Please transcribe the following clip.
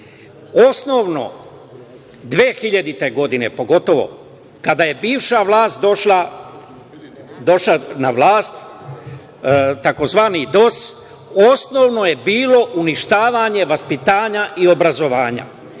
osnovno 2000. godine pogotovo, kada je bivša vlast došla na vlast, tzv. DOS osnovno je bilo uništavanje vaspitanja i obrazovanja.